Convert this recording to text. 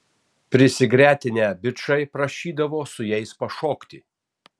prisigretinę bičai prašydavo su jais pašokti